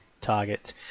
targets